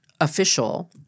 official